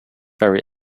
very